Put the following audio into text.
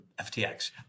FTX